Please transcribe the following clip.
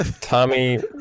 tommy